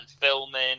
filming